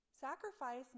sacrifice